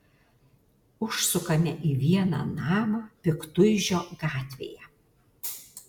užsukame į vieną namą piktuižio gatvėje